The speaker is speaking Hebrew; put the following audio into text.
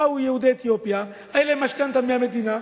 באו יהודי אתיופיה, היתה להם משכנתה מהמדינה,